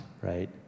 right